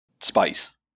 Spice